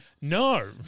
No